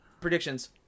Predictions